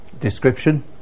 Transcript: description